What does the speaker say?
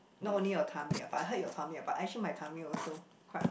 not only your tummy ah but I heard your tummy ah but actually my tummy also quite